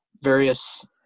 various